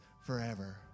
forever